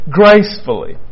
gracefully